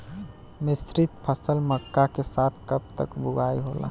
मिश्रित फसल मक्का के साथ कब तक बुआई होला?